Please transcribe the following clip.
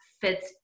fits